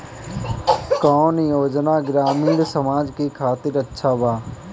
कौन योजना ग्रामीण समाज के खातिर अच्छा बा?